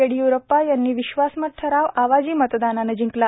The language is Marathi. येडिय्रप्पा यांनी विश्वासमत ठराव आवाजी मतदानानं जिंकला